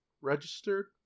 registered